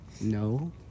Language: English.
No